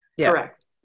Correct